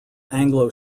anglo